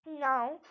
Now